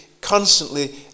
constantly